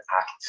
act